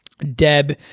Deb